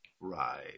Right